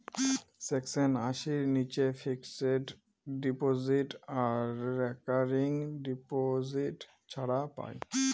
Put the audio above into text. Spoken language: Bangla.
সেকশন আশির নীচে ফিক্সড ডিপজিট আর রেকারিং ডিপোজিট ছাড় পাই